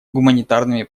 гуманитарными